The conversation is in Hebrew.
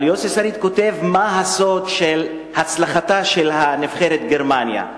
אבל יוסי שריד כותב מה הסוד של הצלחתה של נבחרת גרמניה.